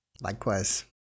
Likewise